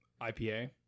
ipa